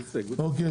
הצבעה לא אושר.